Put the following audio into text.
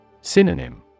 Synonym